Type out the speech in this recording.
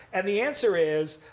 and the answer is,